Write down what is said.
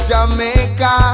Jamaica